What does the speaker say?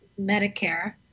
Medicare